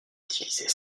utiliser